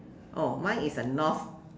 oh why is a north